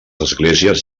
esglésies